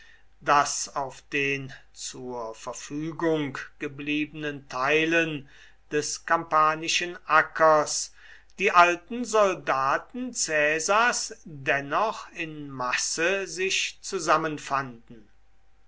daß auf den zur verfügung gebliebenen teilen des kampanischen ackers die alten soldaten caesars dennoch in masse sich zusammenfanden